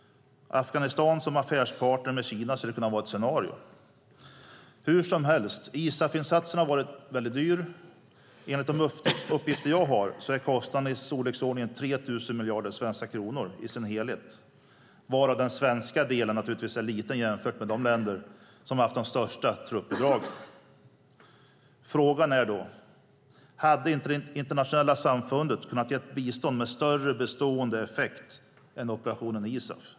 Afghanistan som affärspartner till Kina skulle kunna vara ett scenario. Hur som helst har ISAF-insatsen varit väldigt dyr. Enligt de uppgifter som jag har är kostnaden i storleksordningen 3 000 miljarder svenska kronor i sin helhet, varav den svenska delen naturligtvis är liten jämfört med de länder som haft de största truppbidragen. Frågan är då: Hade inte det internationella samfundet kunnat ge bistånd med större bestående effekt än operationen ISAF?